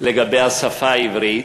לגבי השפה העברית.